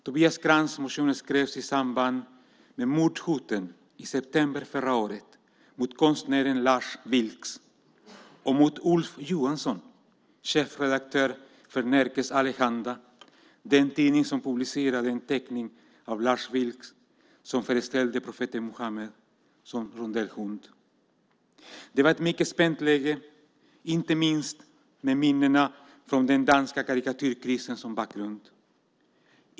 Tobias Krantz motion skrevs i samband med mordhoten i september förra året mot konstnären Lars Vilks och mot Ulf Johansson, chefredaktör för Nerikes Allehanda, den tidning som publicerade en teckning av Lars Vilks som föreställde profeten Muhammed som rondellhund. Det var ett mycket spänt läge, inte minst med minnena från den danska karikatyrkrisen som bakgrund.